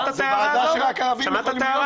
זו ועדה שרק ערבים יכולים לדבר בה?